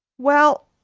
well,